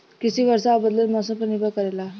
कृषि वर्षा और बदलत मौसम पर निर्भर करेला